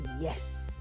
Yes